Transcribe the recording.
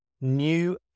new